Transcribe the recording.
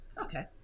Okay